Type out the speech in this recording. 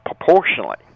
proportionally